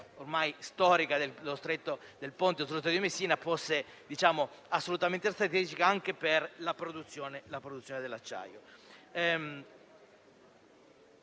ormai storica, del ponte sullo Stretto di Messina fosse assolutamente strategica, anche per la produzione dell'acciaio.